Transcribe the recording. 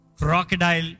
crocodile